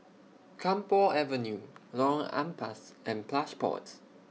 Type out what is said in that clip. Camphor Avenue Lorong Ampas and Plush Pods